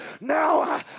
Now